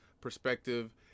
perspective